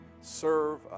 serve